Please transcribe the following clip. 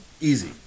Easy